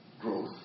growth